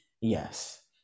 yes